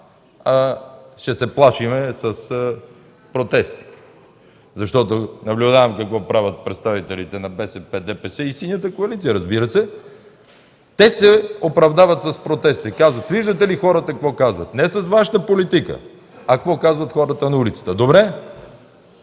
ще се плашим с протести. Защото наблюдавам какво правят представителите на БСП, ДПС и Синята коалиция, разбира се – те се оправдават с протеста, казват: „Виждате ли хората какво казват?”, не с Вашата политика, а какво казват хората на улицата! Добре,